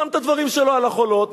שם את הדברים שלו על החולות,